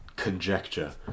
conjecture